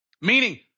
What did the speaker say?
Meaning